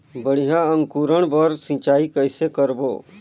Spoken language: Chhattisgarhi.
बढ़िया अंकुरण बर सिंचाई कइसे करबो?